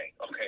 Okay